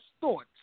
thoughts